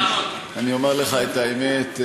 אני אומר לך את האמת,